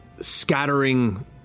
scattering